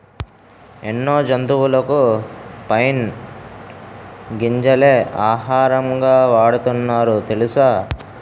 ఎన్నో జంతువులకు పైన్ గింజలే ఆహారంగా వాడుతున్నారు తెలుసా?